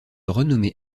renommée